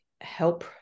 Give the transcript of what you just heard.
help